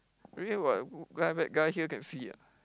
really what good guy bad guy here can see ah